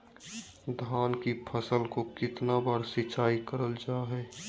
धान की फ़सल को कितना बार सिंचाई करल जा हाय?